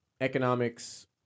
economics